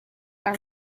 and